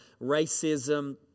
racism